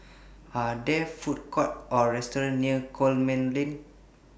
Are There Food Courts Or restaurants near Coleman Lane